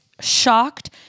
shocked